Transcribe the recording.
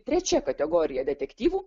trečia kategorija detektyvų